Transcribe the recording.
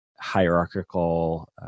hierarchical